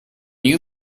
you